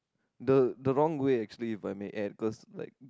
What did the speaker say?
the the wrong way actually if I may add because like